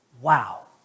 Wow